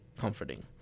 comforting